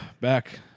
back